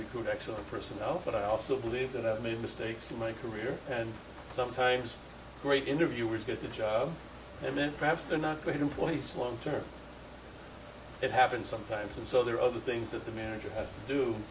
recruit excellent personnel but i also believe that i've made mistakes in my career and sometimes a great interviewer to get the job and then perhaps they're not good employees long term it happens sometimes and so there are other things that the managers do to